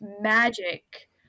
magic